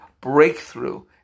breakthrough